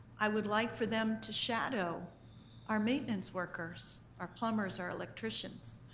i would like for them to shadow our maintenance workers, our plumbers, our electricians.